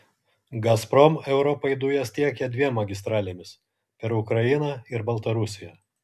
gazprom europai dujas tiekia dviem magistralėmis per ukrainą ir baltarusiją